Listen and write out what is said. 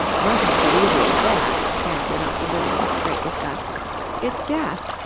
nothing so easy as that, answered uncle billy, in great disgust it's gas.